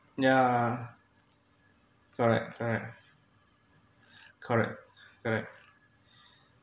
yeah correct correct correct correct